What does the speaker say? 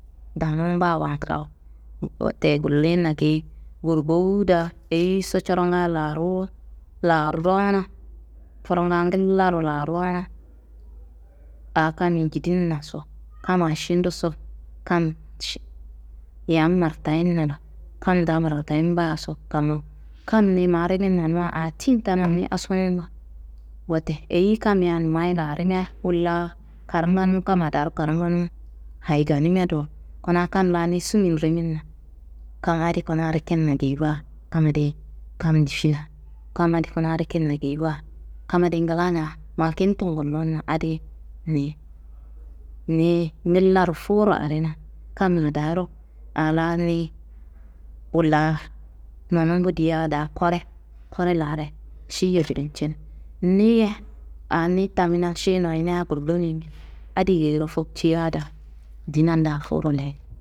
Danumbawa nglawo. Wote gullina geyi burgowu daa eyiso coronga laaruwu, laarona furunga ngillaro laarona aa kammi jidinnaso, kamma ši nduso, kam yam martayinna la, kamndaa martayimbaso, kam niyi ma riminna nuwa aa tiyin tena niyi asunum baa. Wote eyiyi kammiya numayi larimia wolla karnganun kamma daaro karnganun hayiganima do. Kuna kam laa niyi summin riminna, kam adi kuna rikinna geyiwa kam adi, kam difina, kam adi kuna rikinna geyiwa, kam adi kam difina, kam adi kuna rikinna geyiwa, kam adi nglana ma kintun gullunna adiyi ni. Niyi ngillaro fuwuro arena kamma daaro aa laa niyi wolla nonumbu diya daa kore, kore laare, ši- ye ni- ye aa niyi tamina ši noyina gullum yimin adi geyiro foktiya daa dinanda fuwuro leyi.